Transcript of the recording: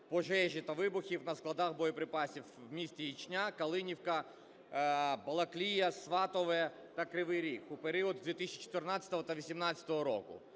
пожежі та вибухів на складах боєприпасів в містах Ічня, Калинівка, Балаклія, Сватове та Кривий Ріг у період з 2014 та 2018-го року.